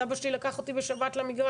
אז אבא שלי לקח אותי בשבת למגרש.